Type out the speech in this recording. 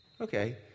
Okay